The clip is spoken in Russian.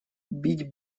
бить